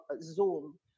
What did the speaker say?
Zoom